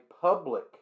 public